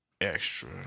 extra